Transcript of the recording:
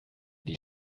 die